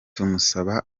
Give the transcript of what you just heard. tumusaba